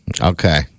Okay